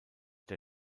der